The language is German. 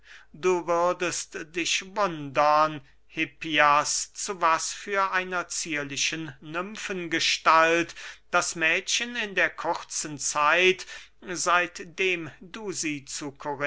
du würdest dich wundern hippias zu was für einer zierlichen nymfengestalt das mädchen in der kurzen zeit seitdem du sie zu